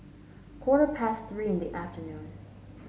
quarter past Three in the afternoon